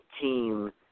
team –